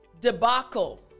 debacle